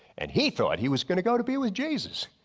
and he thought he was gonna go to be with jesus.